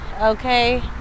okay